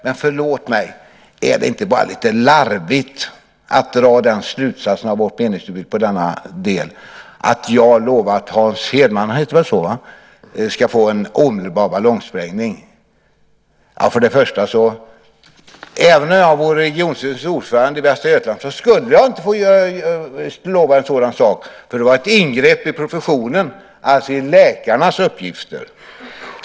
Men förlåt mig, är det inte larvigt att dra slutsatsen av vårt meningsutbyte att jag har lovat att Håkan Hedman ska få en ballongsprängning omedelbart? Även om jag vore regionstyrelsens ordförande i Västra Götaland skulle jag inte kunna lova en sådan sak. Det skulle vara ett ingrepp i professionen, alltså i läkarnas uppgifter.